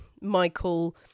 Michael